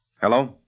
Hello